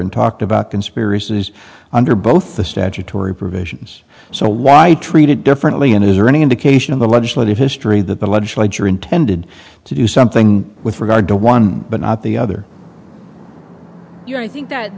and talked about conspiracies under both the statutory provisions so why i treat it differently and is there any indication of the legislative history that the legislature intended to do something with regard to one but not the other you know i think that